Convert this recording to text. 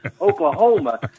Oklahoma